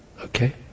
Okay